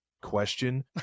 question